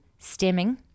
stimming